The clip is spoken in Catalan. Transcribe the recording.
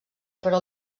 però